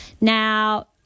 Now